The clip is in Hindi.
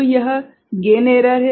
तो यह गेन एरर है